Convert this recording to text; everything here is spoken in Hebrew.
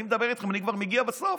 אני מדבר איתכם, אני כבר מגיע בסוף.